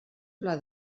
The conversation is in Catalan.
pla